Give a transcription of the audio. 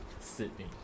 Sydney